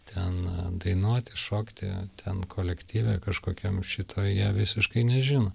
ten dainuoti šokti ten kolektyve kažkokiam šito jie visiškai nežino